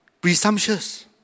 Presumptuous